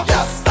Yes